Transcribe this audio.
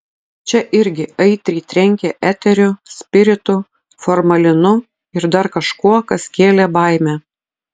čia irgi aitriai trenkė eteriu spiritu formalinu ir dar kažkuo kas kėlė baimę